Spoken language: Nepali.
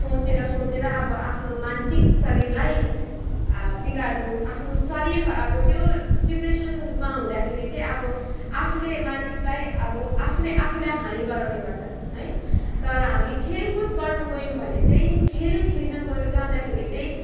सोचेर सोचेर अब आफ्नो मान्सिक शरीरलाई बिगार्नु आफ्नो शरीर अब त्यो डिप्रेसनमा हुँदाखेरि चाहिँ अब आफुले मानिसलाई अब आफूले आफूलाई हानी गराउने गर्छ है तर हामी खेलकुद गर्न गयौँ भने चाहिँ खेल खेल्न गयो जाँदाखेरि चाहिँ